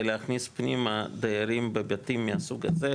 להכניס פנימה דיירים בבתים מהסוג הזה,